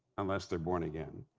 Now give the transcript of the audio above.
unless they're born again.